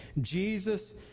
Jesus